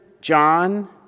John